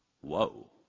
whoa